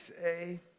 say